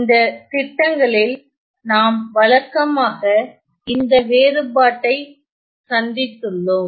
இந்த திட்டங்களில் நாம் வழக்கமாக இந்த வேறுபாட்டை சாந்தித்துள்ளோம்